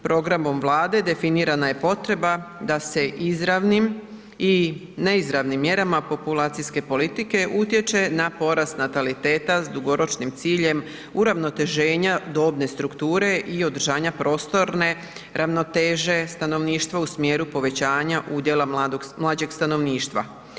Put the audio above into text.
Programom Vlade definirana je potreba da se izravnim i neizravnim mjerama populacijske politike utječe na porast nataliteta s dugoročnim ciljem uravnoteženja dobne strukture i održanja prostorne ravnoteže stanovništva u smjeru povećanja udjela mlađeg stanovništva.